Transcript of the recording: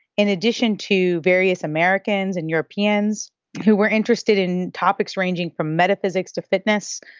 in addition to various americans and europeans who were interested in topics ranging from metaphysics to fitness,